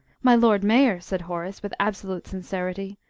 my lord mayor, said horace, with absolute sincerity,